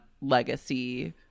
legacy